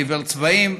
עיוור צבעים,